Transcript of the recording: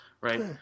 right